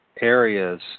areas